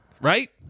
right